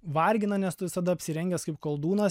vargina nes tu visada apsirengęs kaip koldūnas